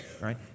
right